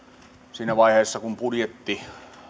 siinä vaiheessa kun budjetti